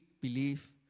believe